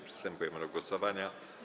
Przystępujemy do głosowania.